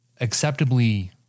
acceptably